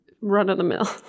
run-of-the-mill